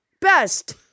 best